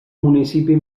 municipi